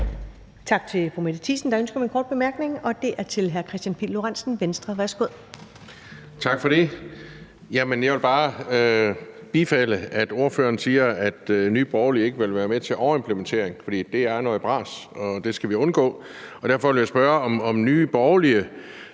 Tak til fru Mette Thiesen. Der er ønske om en kort bemærkning, og det er fra hr. Kristian Pihl Lorentzen, Venstre. Værsgo. Kl. 14:52 Kristian Pihl Lorentzen (V): Tak for det. Jeg vil bare bifalde det, som ordføreren siger, om, at Nye Borgerlige ikke vil være med til overimplementering, for det er noget bras, og det skal vi undgå. Derfor vil jeg spørge, om Nye Borgerlige